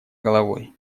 головой